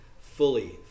fully